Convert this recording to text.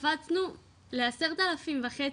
קפצנו לעשרת אלפים וחצי.